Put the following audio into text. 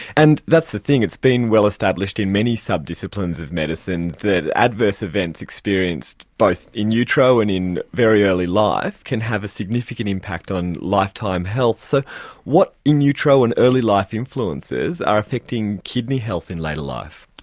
and that's the thing, it's been well established in many subdisciplines of medicine that adverse events experienced both in utero and in very early life can have a significant impact on lifetime health. so what in utero and early-life influences are affecting kidney health in later life?